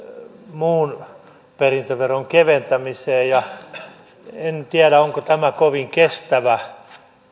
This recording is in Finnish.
muun perintöveron keventämiseen en tiedä onko tämä kovin kestävä